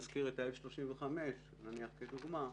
נזכיר את ה-35F כדוגמה,